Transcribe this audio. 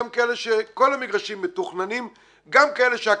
גם כאלה שכל המגרשים מתוכננים,